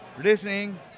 listening